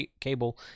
cable